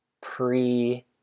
pre